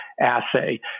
assay